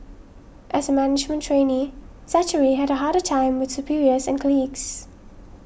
as a management trainee Zachary had a harder time with superiors and colleagues